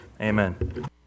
Amen